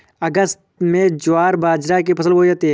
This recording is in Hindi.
अगस्त में ज्वार बाजरा की फसल बोई जाती हैं